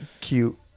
cute